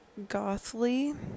Gothly